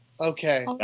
okay